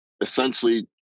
essentially